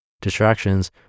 Distractions